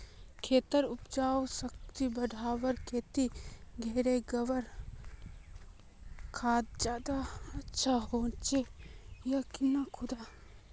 खेतेर उपजाऊ शक्ति बढ़वार केते घोरेर गबर खाद ज्यादा अच्छा होचे या किना खाद?